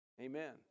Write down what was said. Amen